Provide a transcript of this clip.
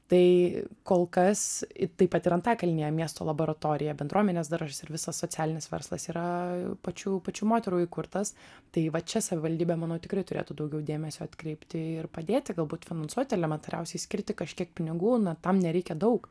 tai kol kas taip pat ir antakalnyje miesto laboratorija bendruomenės daržas ir visas socialinis verslas yra pačių pačių moterų įkurtas tai va čia savivaldybė manau tikrai turėtų daugiau dėmesio atkreipti ir padėti galbūt finansuot elementariausiai skirti kažkiek pinigų na tam nereikia daug